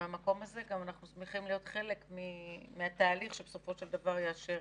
ואנחנו שמחים להיות חלק מהתהליך שבסופו של דבר יאשר